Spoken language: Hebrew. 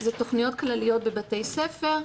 זה תכניות כלליות בבתי ספר.